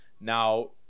Now